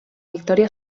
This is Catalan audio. victòria